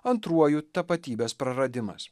antruoju tapatybės praradimas